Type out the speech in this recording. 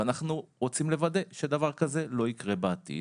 ואנחנו רוצים לוודא שדבר כזה לא יקרה בעתיד.